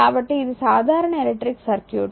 కాబట్టి ఇది సాధారణ ఎలక్ట్రిక్ సర్క్యూట్